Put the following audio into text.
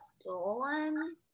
stolen